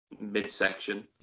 midsection